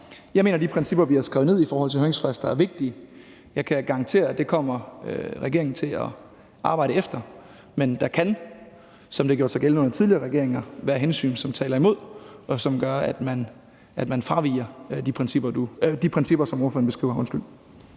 Jeg mener, at de principper, vi har skrevet ned, for høringsfrister, er vigtige. Jeg kan garantere, at dem kommer regeringen til at arbejde efter, men der kan, som det også har gjort sig gældende under tidligere regeringer, være hensyn, som taler imod, og som gør, at man fraviger de principper, som spørgeren beskriver. Kl.